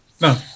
No